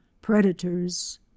predators